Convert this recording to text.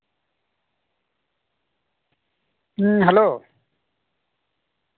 ᱦᱩᱸ ᱦᱮᱞᱳ